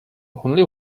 only